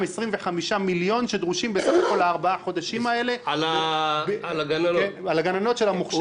25 מיליון שדרושים לארבעת החודשים האלה לגננות של המוכש"ר.